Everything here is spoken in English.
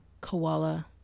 koala